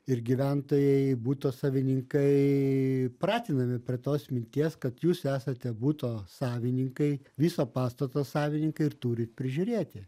ir gyventojai buto savininkai pratinami prie tos minties kad jūs esate buto savininkai viso pastato savininkai ir turit prižiūrėti